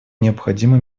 необходимо